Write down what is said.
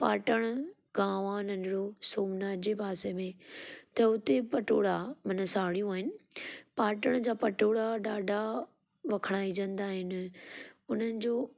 पाटण गांव आहे नंढणो सो हुनजे पासे में त हुते पटोड़ा न साड़ियूं आहिनि पाटण जा पटोड़ा ॾाढा वखणायजंदा आहिनि उन्हनि जो